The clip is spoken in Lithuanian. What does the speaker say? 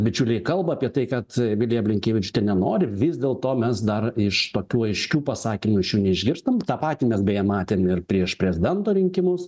bičiuliai kalba apie tai kad vilija blinkevičiūtė nenori vis dėl to mes dar iš tokių aiškių pasakymų iš jų neišgirstum tą patį mes beje matėm ir prieš prezidento rinkimus